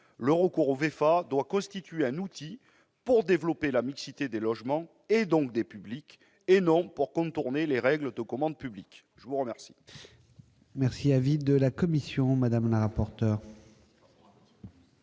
Le recours aux VEFA doit constituer un outil pour développer la mixité des logements et donc des publics, et non pour contourner les règles de commande publique. Quel est l'avis de la commission ? Contrairement